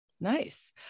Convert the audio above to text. Nice